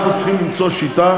אנחנו צריכים למצוא שיטה